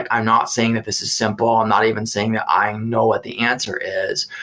i'm not saying that this is simple. i'm not even saying that i know what the answer is,